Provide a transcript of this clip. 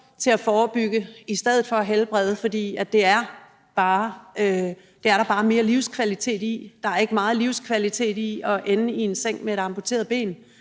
til at forebygge i stedet for at helbrede. For det er der bare mere livskvalitet i. Der er ikke meget livskvalitet i at ende i en seng med et amputeret ben.